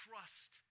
Trust